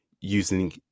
using